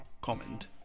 comment